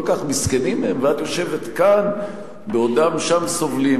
כל כך מסכנים הם, ואת יושבת כאן בעודם שם סובלים.